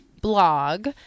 blog